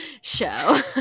Show